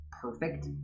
perfect